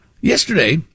Yesterday